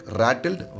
rattled